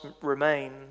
remain